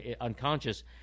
unconscious